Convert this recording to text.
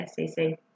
SCC